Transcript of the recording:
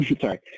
Sorry